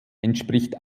entspricht